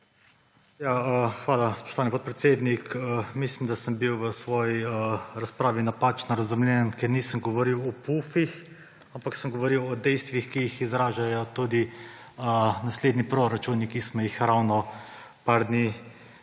Hvala, spoštovani podpredsednik. Mislim, da sem bil v svoji razpravi napačno razumljen, ker nisem govoril o pufih, ampak sem govoril o dejstvih, ki jih izražajo tudi proračuni, ki smo jih ravno nekaj dni nazaj